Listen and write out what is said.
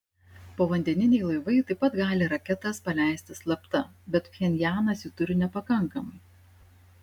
povandeniniai laivai taip pat gali raketas paleisti slapta bet pchenjanas jų turi nepakankamai